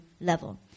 level